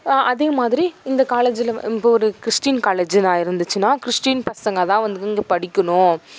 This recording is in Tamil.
அதே மாதிரி இந்த காலேஜில் வ இப்போ ஒரு கிறிஸ்ட்டின் காலேஜுனால் இருந்துச்சின்னால் கிறிஸ்ட்டின் பசங்கதான் வந்து இங்கே படிக்கணும்